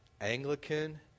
Anglican